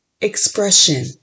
expression